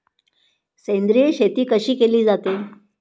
सेंद्रिय शेती कशी केली जाते?